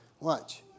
watch